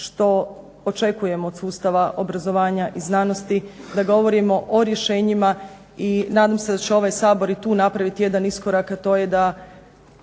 što očekujemo od sustava obrazovanja i znanosti, da govorimo o rješenjima. I nadam se da će ovaj Sabor i tu napraviti jedan iskorak, a to je da